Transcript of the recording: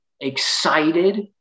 excited